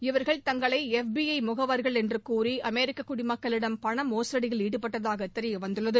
இவர்கள் தங்களை F B I முகவர்கள் என்று கூறி அமெரிக்க குடிமக்களிடம் பண மோசடியில் ஈடுப்பட்டதாக தெரிய வந்துள்ளது